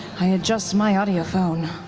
i adjust my audiophone.